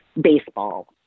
baseball